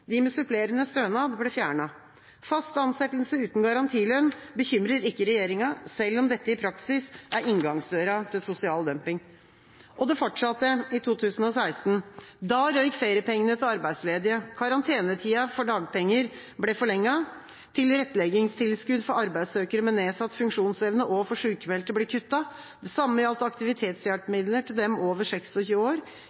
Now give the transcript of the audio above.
de med supplerende stønad, ble fjernet. Fast ansettelse uten garantilønn bekymrer ikke regjeringa, selv om dette i praksis er inngangsdøra til sosial dumping. Og det fortsatte i 2016: Da røk feriepengene til arbeidsledige. Karantenetida før dagpenger ble forlenget. Tilretteleggingstilskudd for arbeidssøkere med nedsatt funksjonsevne og for sykmeldte ble kuttet. Det samme gjaldt